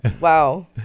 wow